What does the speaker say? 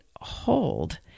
hold